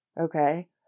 Okay